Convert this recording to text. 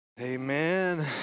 Amen